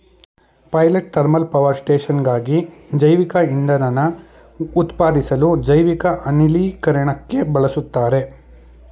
pilot thermal power ಸ್ಟೇಷನ್ಗಾಗಿ ಜೈವಿಕಇಂಧನನ ಉತ್ಪಾದಿಸ್ಲು ಜೈವಿಕ ಅನಿಲೀಕರಣಕ್ಕೆ ಬಳುಸ್ತಾರೆ